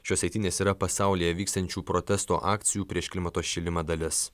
šios eitynės yra pasaulyje vykstančių protesto akcijų prieš klimato šilimą dalis